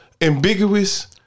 ambiguous